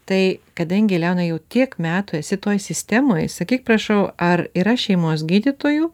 tai kadangi leonai jau tiek metų esi toj sistemoj sakyk prašau ar yra šeimos gydytojų